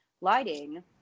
lighting